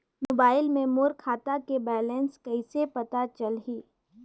Mobile मे मोर खाता के बैलेंस कइसे पता चलही?